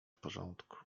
porządku